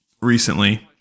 recently